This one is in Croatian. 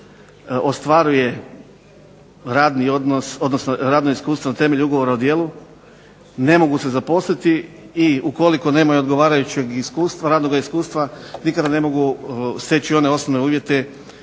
radni odnos, odnosno radno iskustvo na temelju ugovora o djelu, ne mogu se zaposliti. I ukoliko nemaju odgovarajućeg iskustva, radnoga iskustva nikada ne mogu steći one osnovne uvjete